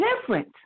different